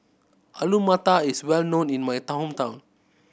Alu Matar is well known in my hometown